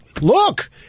look